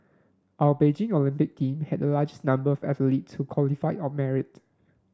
our Beijing Olympic team had the largest number of athletes who qualified on merit